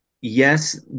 yes